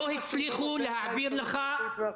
לא הצליחו להעביר לך --- ברור שזה ליקוי מאורות,